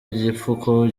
igipfuko